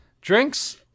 drinks